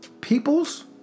Peoples